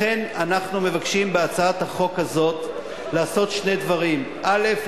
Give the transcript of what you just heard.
לכן אנחנו מבקשים בהצעת החוק הזאת לעשות שני דברים: א.